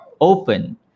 open